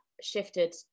shifted